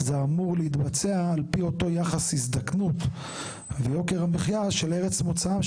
זה אמור להתבצע על פי אותו יחס הזדקנות ויוקר המחיה של ארץ מוצאם,